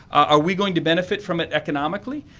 are we going to benefit from it economically?